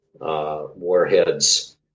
warheads